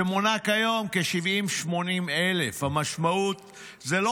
שמונה כיום כ-70,000 80,000. המשמעות זה לא